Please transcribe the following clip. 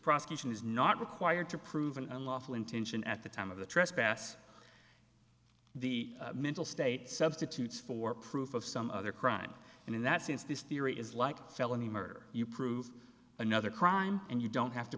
prosecution is not required to prove an unlawful intention at the time of the trespass the mental state substitutes for proof of some other crime and in that since this theory is like felony murder you prove another crime and you don't have to